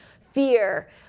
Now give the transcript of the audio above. fear